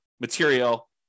material